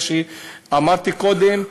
כמו שאמרתי קודם.